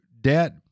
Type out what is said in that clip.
debt